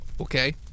Okay